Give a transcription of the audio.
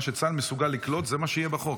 מה שצה"ל מסוגל לקלוט זה מה שיהיה בחוק,